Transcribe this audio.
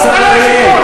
אל תגיד לי: די.